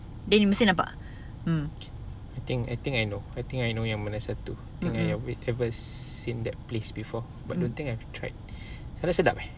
I think I think I know I think I know yang mana satu we ever seen that place before but don't think I've tried sana sedap eh